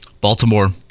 Baltimore